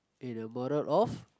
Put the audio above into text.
eh the moral of